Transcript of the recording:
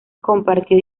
compartió